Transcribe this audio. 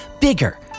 Bigger